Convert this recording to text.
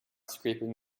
scraping